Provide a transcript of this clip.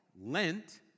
Lent